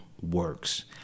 works